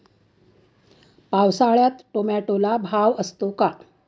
पावसाळ्यात टोमॅटोला भाव असतो का?